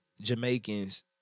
Jamaicans